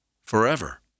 forever